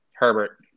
Herbert